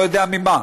לא יודע ממה.